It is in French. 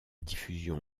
diffusion